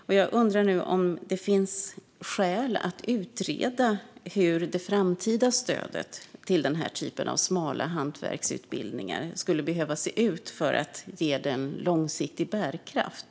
Men jag undrar om det finns skäl att utreda hur det framtida stödet till den här typen av smala hantverksutbildningar skulle behöva se ut för att ge dem långsiktig bärkraft.